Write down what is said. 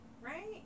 right